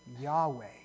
Yahweh